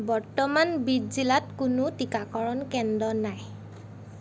বৰ্তমান বিদ জিলাত কোনো টিকাকৰণ কেন্দ্ৰ নাই